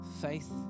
Faith